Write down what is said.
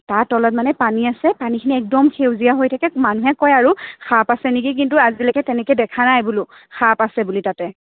তাৰ তলত মানে পানী আছে পানীখিনি একদম সেউজীয়া হৈ থাকে মানুহে কয় আৰু সাপ আছে নেকি কিন্তু আজিলৈকে তেনেকৈ দেখা নাই বোলো সাপ আছে বুলি তাতে